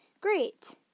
Great